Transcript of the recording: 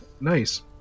nice